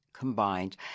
Combined